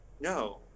No